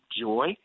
joy